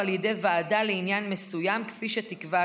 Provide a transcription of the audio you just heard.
ידי ועדה לעניין מסוים כפי שתקבע הכנסת.